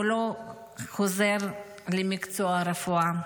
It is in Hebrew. הוא לא חוזר למקצוע הרפואה.